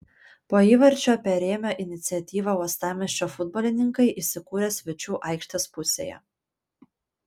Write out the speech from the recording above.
po įvarčio perėmę iniciatyvą uostamiesčio futbolininkai įsikūrė svečių aikštės pusėje